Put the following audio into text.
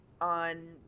on